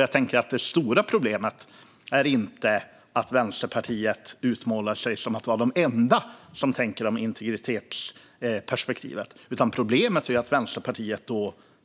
Jag tänker att det stora problemet inte är att Vänsterpartiet utmålar sig som de enda som tänker på integritetsperspektivet utan att Vänsterpartiet